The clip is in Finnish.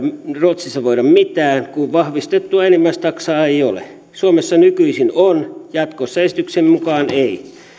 ruotsissa voida mitään kun vahvistettua enimmäistaksaa ei ole suomessa nykyisin on jatkossa esityksen mukaan ei